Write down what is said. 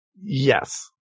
yes